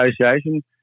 Association